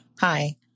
Hi